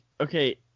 okay